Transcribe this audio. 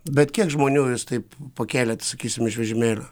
bet kiek žmonių jūs taip pakėlėt sakysim iš vežimėlio